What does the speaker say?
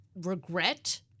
regret